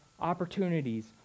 opportunities